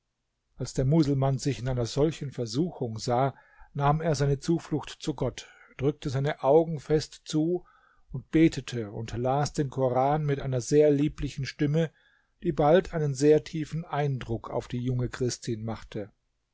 als der muselmann sich in einer solchen versuchung sah nahm er seine zuflucht zu gott drückte seine augen fest zu und betete und las den koran mit einer sehr lieblichen stimme die bald einen sehr tiefen eindruck auf die junge christin machte